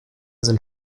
sind